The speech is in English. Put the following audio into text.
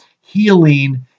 healing